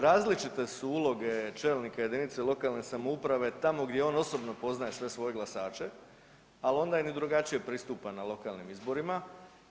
Različite su uloge čelnika jedinica lokalne samouprave tamo gdje on osobno poznaje sve svoje glasače, ali onda im drugačije pristupa na lokalnim izborima.